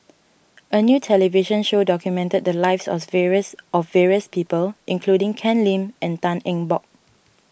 a new television show documented the lives of various of various people including Ken Lim and Tan Eng Bock